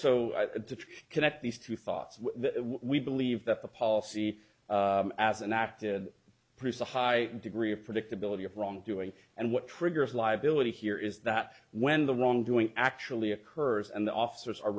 to connect these two thoughts we believe that the policy as an act in produce a high degree of predictability of wrongdoing and what triggers liability here is that when the wrong doing actually occurs and the officers are